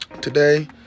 today